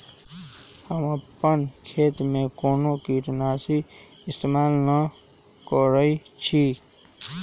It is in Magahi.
हम अपन खेत में कोनो किटनाशी इस्तमाल न करई छी